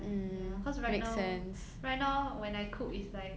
like ya cause right now right now when I cook is like